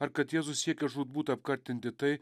ar kad jėzus siekia žūtbūt apkartinti tai